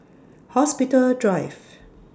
Hospital Drive